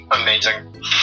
Amazing